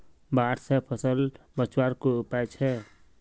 बाढ़ से फसल बचवार कोई उपाय छे?